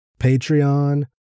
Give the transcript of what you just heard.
Patreon